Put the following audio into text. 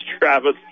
Travis